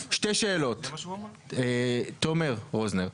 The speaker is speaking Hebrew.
שתי שאלות תומר רוזנר,